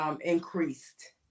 increased